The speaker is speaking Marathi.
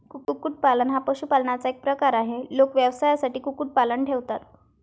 कुक्कुटपालन हा पशुपालनाचा एक प्रकार आहे, लोक व्यवसायासाठी कुक्कुटपालन ठेवतात